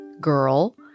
girl